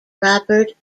robert